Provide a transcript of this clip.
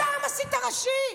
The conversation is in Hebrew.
אתה המסית הראשי.